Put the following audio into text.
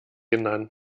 genannt